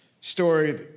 story